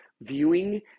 viewing